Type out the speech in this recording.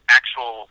actual